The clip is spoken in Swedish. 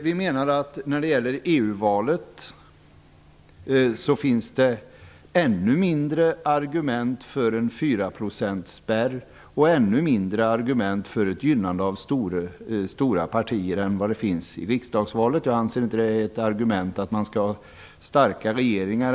Vi menar att när det gäller EU-valet finns det ännu färre argument för en fyraprocentsspärr och för ett gynnande av stora partier än vad det finns i riksdagsvalet. Jag anser inte att det är ett argument för att man vill få starka regeringar.